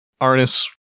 Arnis